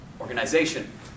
organization